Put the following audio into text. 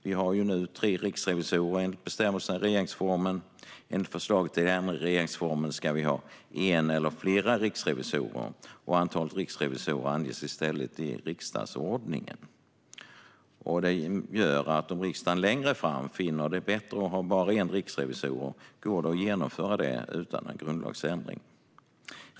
Vi har nu tre riksrevisorer enligt bestämmelserna i regeringsformen. Enligt förslaget till ändring i regeringsformen ska vi ha en eller flera riksrevisorer, och antalet riksrevisorer anges i stället i riksdagsordningen. Det gör att om riksdagen längre fram finner det bättre att ha bara en riksrevisor går det att genomföra det utan en grundlagsändring.